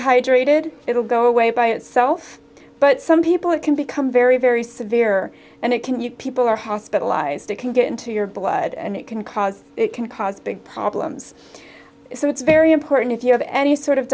hydrated it will go away by itself but some people it can become very very severe and it can you people are hospitalized it can get into your blood and it can cause it can cause big problems so it's very important if you have any sort of